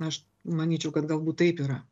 aš manyčiau kad galbūt taip yra